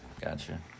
Gotcha